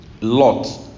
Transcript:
Lot